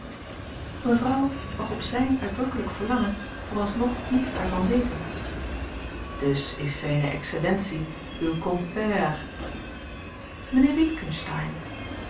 mevrouw mag op zijn uitdrukkelijk verlangen vooralsnog niets daarvan weten dus is zijne excellentie uw compère mijnheer